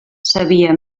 sabia